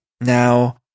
Now